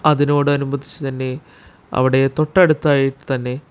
അതിനോടനുബന്ധിച്ചുതന്നെ അവിടെ തൊട്ടടുത്തായിത്തന്നെ